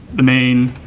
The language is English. main